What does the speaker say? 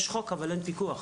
יש חוק אבל אין פיקוח,